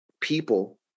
people